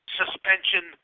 suspension